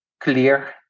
clear